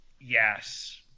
yes